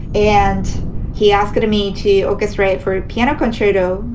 and he asked me to orchestrate for a piano concerto.